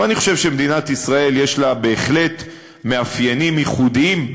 גם אני חושב שמדינת ישראל יש לה בהחלט מאפיינים ייחודיים,